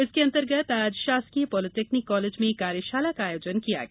इसके अंतर्गत आज शासकीय पॉलेटिक्नक कॉलेज में कार्यशाला का आयोजन किया गया